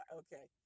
okay